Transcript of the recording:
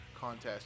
contest